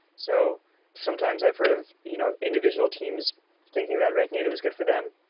so sometimes i've heard of you know individual teams thinking that react native is good for them,